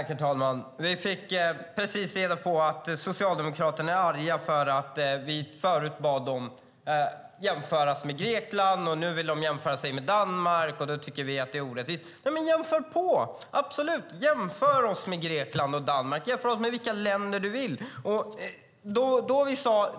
Herr talman! Vi fick precis reda på att Socialdemokraterna är arga för att vi förut bad dem jämföra med Grekland och nu tycker att det inte blir rättvisande när de vill jämföra med Danmark. Men jämför oss absolut med Grekland och Danmark, jämför oss med vilka länder du vill!